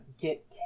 get